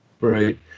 Right